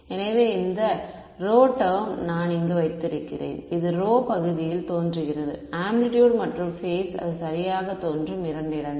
எனவே இந்த row term நான் இங்கு வைத்திருக்கிறேன் இது ரோ பகுதியில் தோன்றுகிறது ஆம்ப்ளிட்யூட் மற்றும் பேஸ் அது சரியாக தோன்றும் 2 இடங்கள்